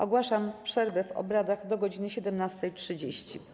Ogłaszam przerwę w obradach do godz. 17.30.